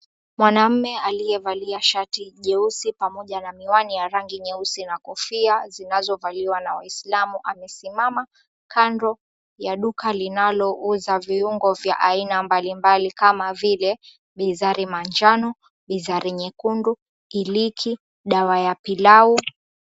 Mwanaume aliyevaa shati jeusi pamoja na miwani ya rangi nyeusi na kofia zinazovaliwa na Waislamu amesimama kando ya duka linalouza viungo vya aina mbalimbali kama vile bizari manjano, bizari nyekundu, iliki, dawa ya pilau.